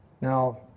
Now